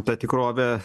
ta tikrovė